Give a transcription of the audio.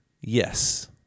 Yes